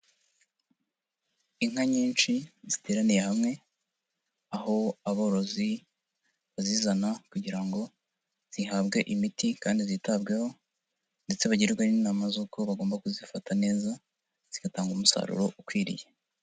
Inka nyinshi ziteraniye hamwe, aho aborozi bazizana kugira ngo zihabwe imiti kandi zitabweho ndetse bagirwe n'inama z'uko bagomba kuzifata neza zigatanga umusaruro ukwiriye.